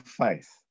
faith